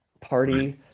party